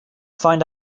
find